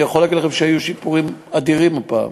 אני יכול להגיד לכם שהיו שיפורים אדירים הפעם,